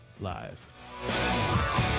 live